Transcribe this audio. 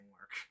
work